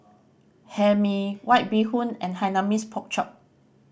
Hae Mee White Bee Hoon and Hainanese Pork Chop